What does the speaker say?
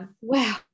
Wow